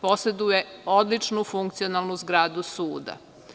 Poseduje odličnu funkcionalnu zgradu suda.